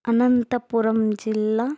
అనంతపురం జిల్లా